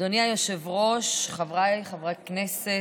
אדוני היושב-ראש, חבריי חברי הכנסת,